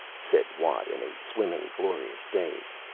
said watt, in a swimming, glorious daze.